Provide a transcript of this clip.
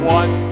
one